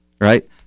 right